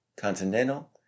continental